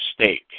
state